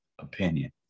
opinion